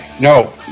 No